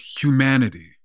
humanity